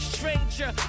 Stranger